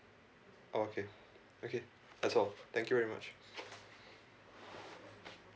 okay okay that's all thank you very much